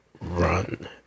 run